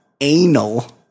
anal